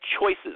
choices